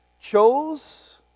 chose